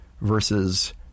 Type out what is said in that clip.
versus